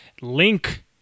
Link